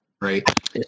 Right